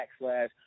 backslash